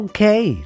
Okay